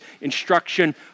instruction